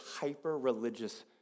hyper-religious